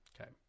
Okay